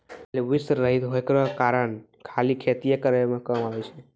बैल वृषण रहित होय केरो कारण खाली खेतीये केरो काम मे आबै छै